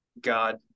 God